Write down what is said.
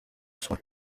soins